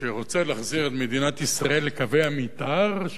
את מדינת ישראל לקווי המיתאר שעליהם היא נבנתה.